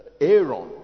aaron